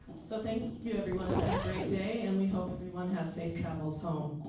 so thank you everyone it's been a great day and we hope everyone has safe travels home.